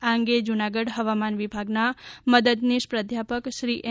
આ અંગે જૂનાગઢ હવામાન વિભાગનાં મદદનીશ પ્રાધ્યપક શ્રી એમ